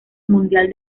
mundial